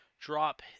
drop